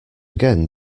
again